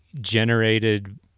generated